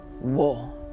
war